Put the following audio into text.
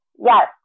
Yes